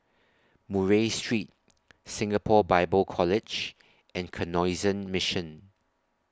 Murray Street Singapore Bible College and Canossian Mission